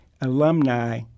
Alumni